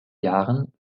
jahren